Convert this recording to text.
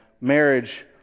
marriage